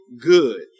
good